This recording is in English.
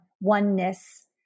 oneness